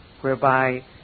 whereby